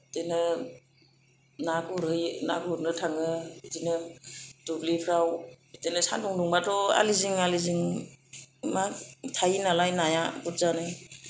बिदिनो ना गुरहैयो ना गुरनो थाङो बिदिनो दुब्लिफ्राव बिदिनो सानदुं दुंबाथ' आलि जिं आलि जिं मा थायो नालाय नाया बुरजानो